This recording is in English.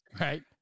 right